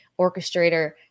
orchestrator